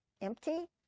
empty